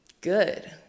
good